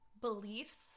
beliefs